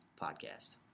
Podcast